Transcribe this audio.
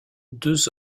deux